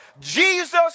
Jesus